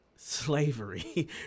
slavery